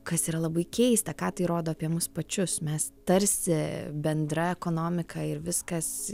kas yra labai keista ką tai rodo apie mus pačius mes tarsi bendra ekonomika ir viskas